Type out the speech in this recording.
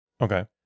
Okay